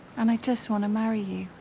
and i just wanna marry you.